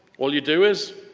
all you do is,